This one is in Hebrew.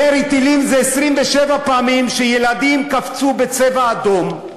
ירי טילים זה 27 פעמים שילדים קפצו ב"צבע אדום",